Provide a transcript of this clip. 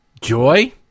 joy